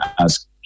ask